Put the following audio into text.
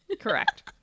Correct